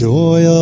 joy